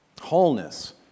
Wholeness